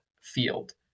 field